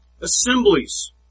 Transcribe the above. assemblies